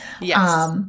Yes